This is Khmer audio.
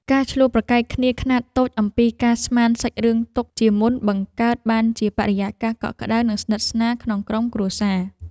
ការឈ្លោះប្រកែកគ្នាខ្នាតតូចអំពីការស្មានសាច់រឿងទុកជាមុនបង្កើតបានជាបរិយាកាសកក់ក្ដៅនិងស្និទ្ធស្នាលក្នុងក្រុមគ្រួសារ។